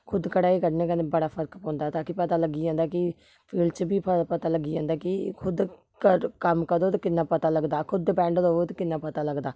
खुद कढाई कड्ढने कन्नै बड़ा फर्क पौंदा ताकि पता लग्गी जंदा कि फील्ड च बी फ पता लग्गी जंदा कि खुद कर कम्म करो ते किन्ना पता लगदा खुद डिपैंड र'वो ते किन्ना पता लगदा